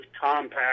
compact